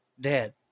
dead